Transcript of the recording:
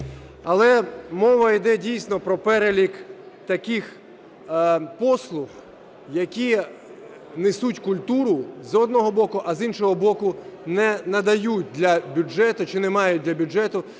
Але мова іде дійсно про перелік таких послуг, які несуть культуру з одного боку, а з іншого боку не мають для бюджету фіскального великого